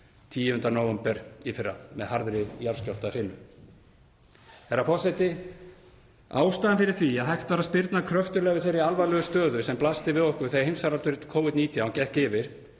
10. nóvember í fyrra með harðri jarðskjálftahrinu. Herra forseti. Ástæðan fyrir því að hægt var að spyrna kröftuglega við þeirri alvarlegu stöðu sem blasti við okkur þegar heimsfaraldur Covid-19 gekk yfir